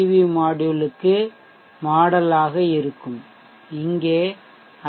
we மாட்யூல்க்கு மாதிரிமாடல் ஆக இருக்கும் இங்கே ஐ